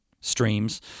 streams